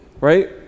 right